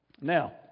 now